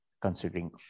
considering